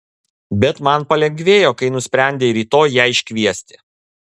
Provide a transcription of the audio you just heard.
bet man palengvėjo kai nusprendei rytoj ją iškviesti